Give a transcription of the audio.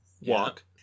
walk